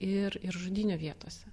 ir ir žudynių vietose